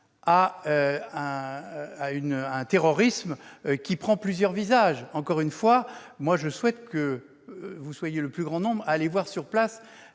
un terrorisme qui prend plusieurs visages. Je souhaite que vous soyez le plus grand nombre à aller voir sur place